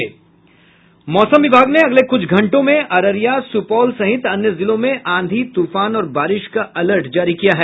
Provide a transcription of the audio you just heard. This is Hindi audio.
मौसम विभाग ने अगले कुछ घंटों में अररिया सुपौल सहित अन्य जिलों में आंधी तूफान और बारिश का अलर्ट जारी किया है